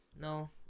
no